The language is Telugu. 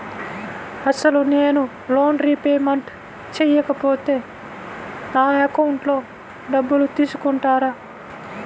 అసలు నేనూ లోన్ రిపేమెంట్ చేయకపోతే నా అకౌంట్లో డబ్బులు తీసుకుంటారా?